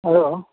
hello